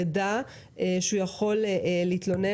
ידע שהוא יכול להתלונן